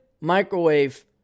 microwave